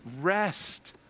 rest